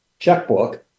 checkbook